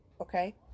okay